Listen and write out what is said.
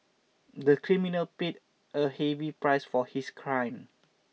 the criminal paid a heavy price for his crime